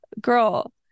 Girl